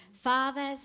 fathers